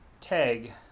tag